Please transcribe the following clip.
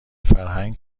فرهنگ